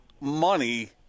money